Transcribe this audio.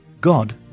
God